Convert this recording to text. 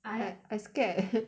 I I scared